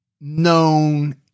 known